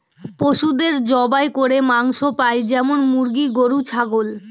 পশুদের জবাই করে মাংস পাই যেমন মুরগি, গরু, ছাগল